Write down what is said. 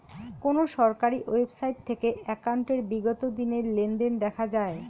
কোন সরকারি ওয়েবসাইট থেকে একাউন্টের বিগত দিনের লেনদেন দেখা যায়?